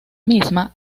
misma